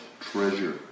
treasure